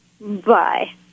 Bye